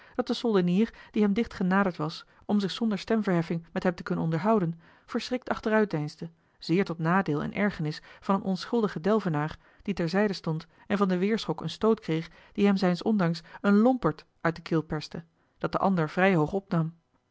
dat de soldenier die hem dicht genaderd was om zich zonder stemverheffing met hem te kunnen onderhouden verschrikt achteruit deinsde zeer tot nadeel en ergernis van een onschuldigen delvenaar die ter zijde stond en van den weêrschok een stoot kreeg die hem zijns ondanks een lompert uit de keel perste dat de ander vrij hoog opnam